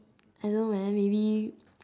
I know very heavy